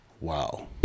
Wow